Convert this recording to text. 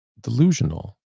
delusional